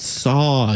saw